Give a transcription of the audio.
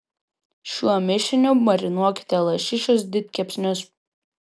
šiuo mišiniu marinuokite lašišos didkepsnius